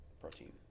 protein